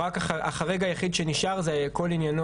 החריג היחיד שנשאר זה כל העניינים